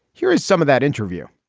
here is some of that interview.